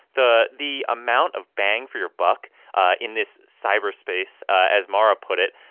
the the amount of bang for your buck in this cyberspace, as mara put it,